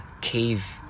cave